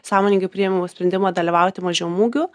sąmoningai priėmiau sprendimą dalyvauti mažiau mugių